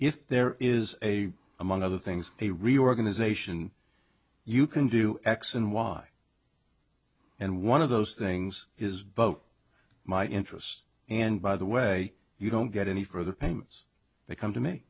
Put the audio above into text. if there is a among other things a reorganization you can do x and y and one of those things is both my interest and by the way you don't get any further payments they come to me